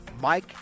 Mike